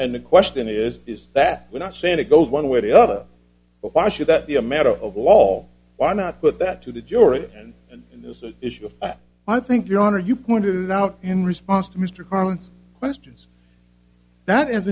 and the question is is that we're not saying it goes one way or the other but why should that be a matter of law why not put that to the jury and in this issue i think your honor you pointed out in response to mr carlin questions